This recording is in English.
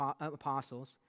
apostles